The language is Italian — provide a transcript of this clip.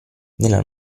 nella